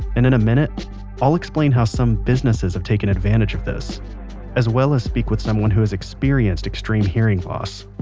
and in a minute i'll explain how some businesses have taken advantage of this as well as speak with someone who has experienced extreme hearing loss